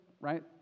right